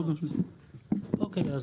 אוקיי.